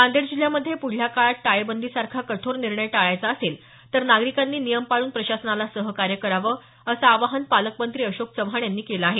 नांदेड जिल्ह्यामध्ये पुढल्या काळात टाळेबंदी सारखा कठोर निर्णय टाळायचा असेल तर नागरिकांनी नियम पाळून प्रशासनाला सहकार्य करावं असं आवाहन पालकमंत्री अशोक चव्हाण यांनी केलं आहे